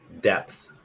depth